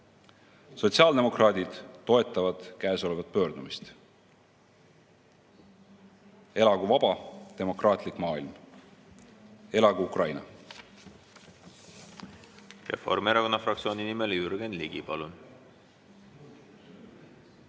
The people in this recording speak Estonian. Sotsiaaldemokraadid toetavad käesolevat pöördumist. Elagu vaba demokraatlik maailm! Elagu Ukraina! Reformierakonna fraktsiooni nimel Jürgen Ligi, palun!